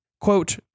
Quote